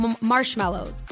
marshmallows